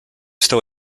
still